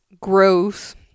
gross